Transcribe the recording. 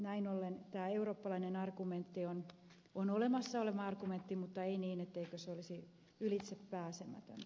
näin ollen tämä eurooppalainen argumentti on olemassa oleva argumentti mutta ei niin että se olisi ylitsepääsemätön